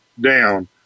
down